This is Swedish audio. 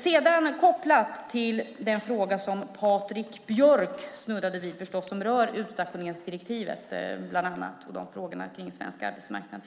Så till den fråga som Patrik Björck snuddade vid och som rör bland annat utstationeringsdirektivet och frågor kring svensk arbetsmarknad.